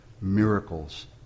miracles